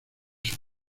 sus